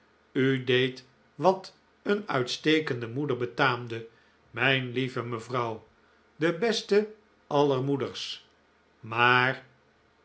u deed wat een uitstekende moeder betaamde mijn lieve mevrouw de beste aller moeders maar